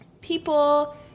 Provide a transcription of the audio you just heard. people